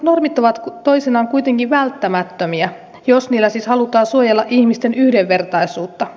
normit ovat toisinaan kuitenkin välttämättömiä jos niillä siis halutaan suojella ihmisten yhdenvertaisuutta